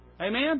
Amen